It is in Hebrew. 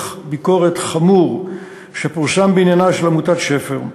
ביקורת חמור שפורסם בעניינה של עמותת ש.פ.ר.